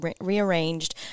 rearranged